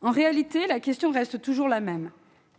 En réalité, la question reste toujours la même :